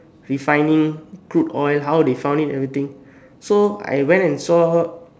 refining crude oil how they found it everything so I went and saw